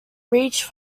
reached